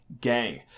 gang